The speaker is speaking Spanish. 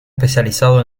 especializado